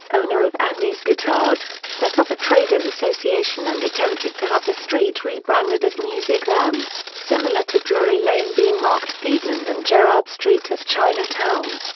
owner of andy's guitars, set up a traders association and attempted to have the street re-branded as music land, similar to drury lane being marked theatreland and gerrard street as chinatown.